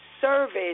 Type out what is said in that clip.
service